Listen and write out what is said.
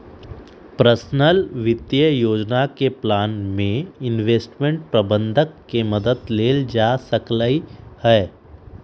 personal वित्तीय योजना के प्लान में इंवेस्टमेंट परबंधक के मदद लेल जा सकलई ह